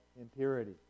impurity